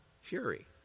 fury